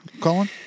Colin